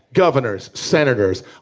governors, senators,